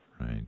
Right